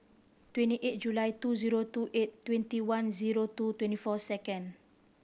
twenty eight July two zero two eight twenty one zero two twenty four second